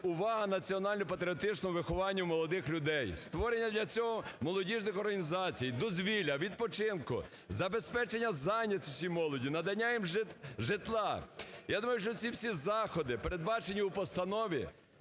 увага національно-патріотичному вихованню молодих людей, створення для цього молодіжних організацій, дозвілля, відпочинку, забезпечення зайнятості молоді, надання їм житла. Я думаю, що ці всі заходи, передбачені у постанові,